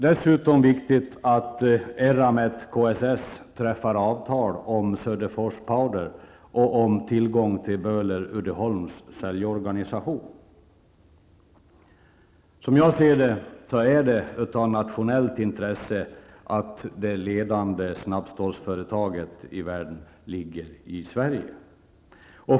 Dessutom är det viktigt att Som jag ser det är det av nationellt intresse att det världsledande snabbstålsföretaget ligger i Sverige.